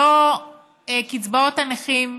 לא קצבאות הנכים,